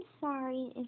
sorry